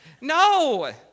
No